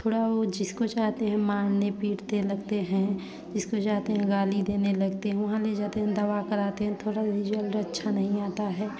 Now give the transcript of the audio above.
थोड़ा वह जिसको चाहते हैं मारने पीटते लगते हैं जिसको जाते हैं गाली देने लगते हैं वहाँ ले जाते हैं दवा करते हैं थोड़ा रिज़ल्ट अच्छा नहीं आता है